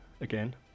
again